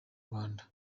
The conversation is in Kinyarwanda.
rwanda